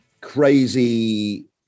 crazy